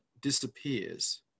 disappears